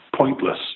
pointless